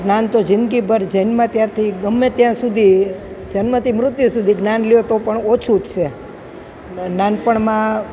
જ્ઞાન તો જિંદગીભર જન્મ્યા ત્યારથી ગમે ત્યાં સુધી જન્મથી મૃત્યુ સુધી જ્ઞાન લો તો પણ ઓછું જ છે નાનપણમાં